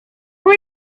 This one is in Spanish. una